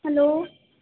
hello